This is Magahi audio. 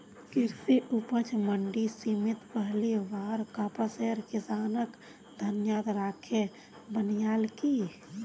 कृषि उपज मंडी समिति पहली बार कपासेर किसानक ध्यानत राखे बनैयाल की